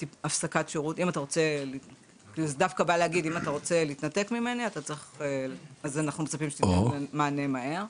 אם אתה רוצה להתנתק ממני אז אנחנו מצפים שתתן מענה מהר,